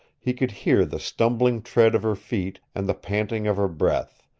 he could hear the stumbling tread of her feet and the panting of her breath,